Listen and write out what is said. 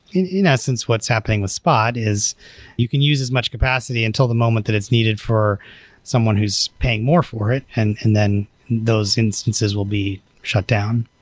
in essence, what's happening with spot, is you can use as much capacity until the moment that it's needed for someone who's paying more for it, and and then those instances will be shut down.